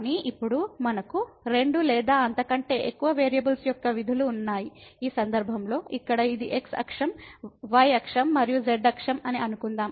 కానీ ఇప్పుడు మనకు రెండు లేదా అంతకంటే ఎక్కువ వేరియబుల్స్ యొక్క విధులు ఉన్నాయి ఈ సందర్భంలో ఇక్కడ ఇది x అక్షం y అక్షం మరియు z అక్షం అని అనుకుందాం